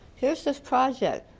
here's this project,